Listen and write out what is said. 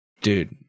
Dude